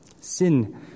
Sin